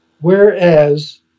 Whereas